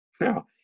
Now